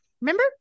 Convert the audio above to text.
Remember